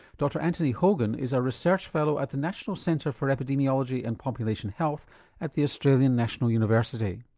dr anthony hogan is a research fellow at the national centre for epidemiology and population health at the australian national university.